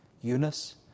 Eunice